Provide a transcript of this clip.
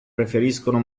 preferiscono